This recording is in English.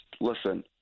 listen